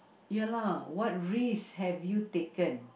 ya lah what risk have you taken